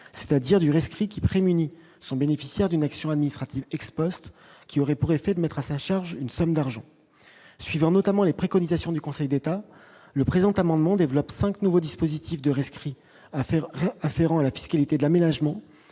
c'est-à-dire du rescrit qui prémunit sont bénéficiaires d'une action administrative ex-Post qui aurait pour effet de mettre à sa charge une somme d'argent suivant notamment les préconisations du Conseil d'État le présent amendement développe 5 nouveaux dispositifs de rescrit affaire afférents à la fiscalité de l'aménagement